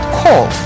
call